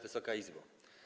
Wysoka Izbo!